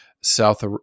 South